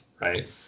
right